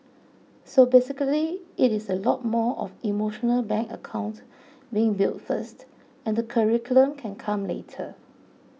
so basically it is a lot more of emotional bank account being built first and the curriculum can come later